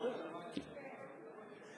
יפה.